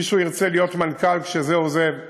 מי שירצה להיות מנכ"ל כשזה עוזב,